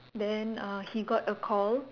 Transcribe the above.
then uh he got a call